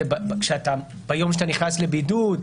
זה ביום שאתה נכנס לבידוד,